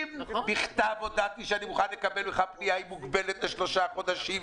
אם בכתב הודעתי שאני מוכן לקבל לך פנייה והיא מוגבלת לשלושה חודשים,